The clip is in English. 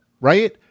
right